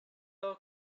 door